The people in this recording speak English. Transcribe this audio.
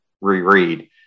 reread